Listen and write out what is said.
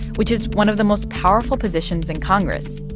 which is one of the most powerful positions in congress.